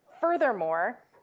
Furthermore